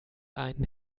einen